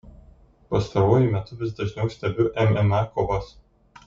pastaruoju metu vis dažniau stebiu mma kovas